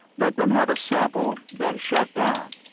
let them have a sample, then shut down.